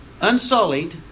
unsullied